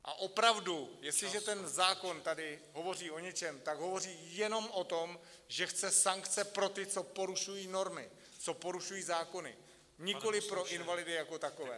A opravdu, jestliže ten zákon tady hovoří o něčem, tak hovoří jenom o tom, že chce sankce pro ty, co porušují normy, co porušují zákony, nikoliv pro invalidy jako takové.